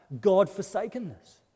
God-forsakenness